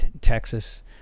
Texas